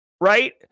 right